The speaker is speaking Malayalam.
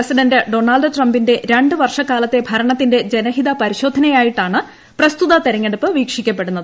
പ്രസിഡന്റ് ഡൊണാൾഡ് ട്രംപിന്റെ രണ്ടു വർഷക്കാലത്തെ ഭരണത്തിന്റെ ജനഹിത പരിശോധനയായിട്ടാണ് പ്രസ്തുത തെരഞ്ഞെടുപ്പ് വീക്ഷിക്കപ്പെടുന്നത്